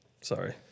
sorry